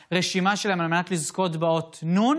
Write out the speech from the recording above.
לקבל את כל הזכויות שלהם.